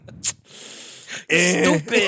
stupid